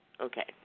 Okay